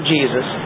Jesus